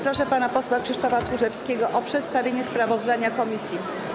Proszę pana posła Krzysztofa Tchórzewskiego o przedstawienie sprawozdania komisji.